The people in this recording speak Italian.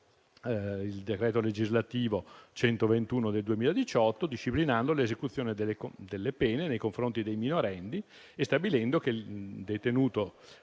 il decreto legislativo n. 121 del 2018, disciplinando l'esecuzione delle pene nei confronti dei minorenni e stabilendo che il detenuto